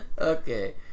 Okay